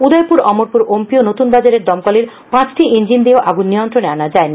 উদয়পুর অমরপুর অম্পি ও নতুন বাজারের দমকলের পাঁচটি ইঞ্জিন দিয়েও আগুন নিয়ন্ত্রণে আনা সম্ভব হয়নি